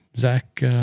Zach